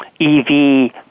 EV